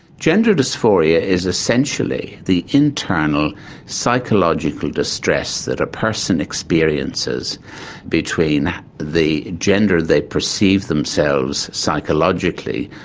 gender dysphoria is essentially the internal psychological distress that a person experiences between the gender they perceive themselves psychologically,